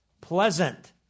Pleasant